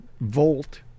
Volt